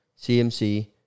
CMC